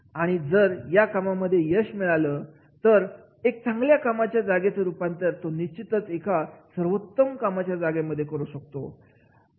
आणि जर त्याला या कामांमध्ये यश मिळालं तर एका चांगल्या कामाच्या जागेचं रूपांतर तो निश्चितच एका सर्वोत्तम कामाच्या जागेमध्ये करू शकतो